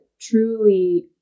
truly